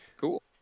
Cool